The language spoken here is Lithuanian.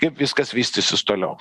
kaip viskas vystysis toliau